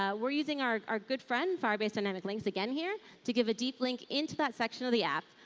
ah we're using our our good friend firebase dynamic links again here to give a deep link into that section of the app,